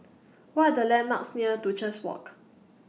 What Are The landmarks near Duchess Walk